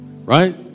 Right